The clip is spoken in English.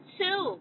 two